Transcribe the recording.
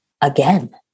again